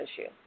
issue